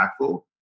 impactful